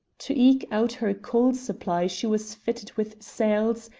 to eke out her coal supply she was fitted with sails,